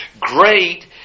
great